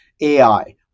AI